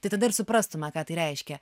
tai tada ir suprastume ką tai reiškia